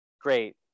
Great